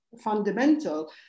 fundamental